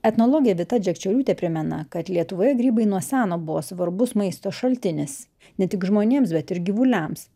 etnologė vita džekčioriūtė primena kad lietuvoje grybai nuo seno buvo svarbus maisto šaltinis ne tik žmonėms bet ir gyvuliams